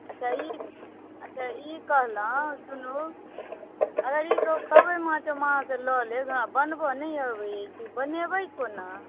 अच्छा ई अच्छा ई कहलहुँ सुनू अगर ई कहू कबइ माछ हम अहाँसँ लऽ लेब हमरा बनबऽ नहि अबैया बनेबै कोना